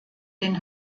den